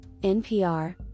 NPR